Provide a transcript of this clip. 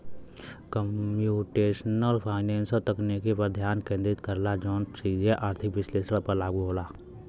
computational finance तकनीक पर ध्यान केंद्रित करला जौन सीधे आर्थिक विश्लेषण पर लागू होला